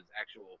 actual